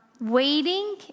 waiting